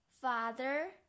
father